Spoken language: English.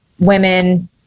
women